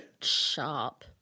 sharp